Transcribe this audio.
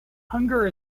hunger